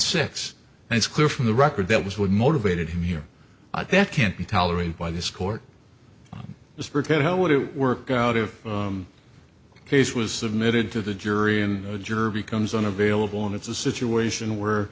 six and it's clear from the record that was what motivated him here that can't be tolerated by this court just forget how would it work out if case was submitted to the jury and jervy comes unavailable and it's a situation where